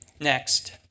Next